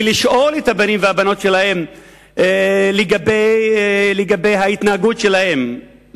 לשאול את הבנים ואת הבנות שלהם לגבי ההתנהגות שלהם,